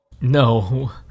no